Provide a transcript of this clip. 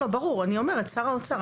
ברור, שר האוצר.